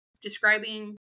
describing